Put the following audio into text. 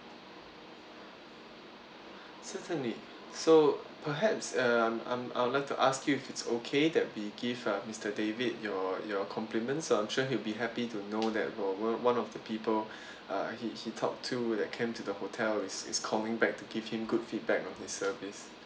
certainly so perhaps uh I'm I'm I would like to ask you if it's okay that we give uh mister david your your compliments I'm sure he will be happy to know that one one one of the people uh he he talked to that came to the hotel is is calling back to give him good feedback on his service